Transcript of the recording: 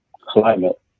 climate